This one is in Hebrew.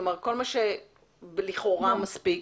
כל מה שלכאורה מספיק,